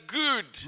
good